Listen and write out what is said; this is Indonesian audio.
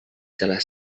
salah